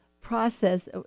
process